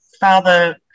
father